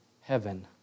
heaven